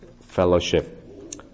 fellowship